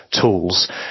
tools